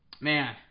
man